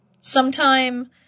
sometime